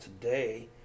today